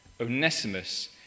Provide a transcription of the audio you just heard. Onesimus